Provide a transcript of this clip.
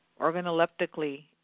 organoleptically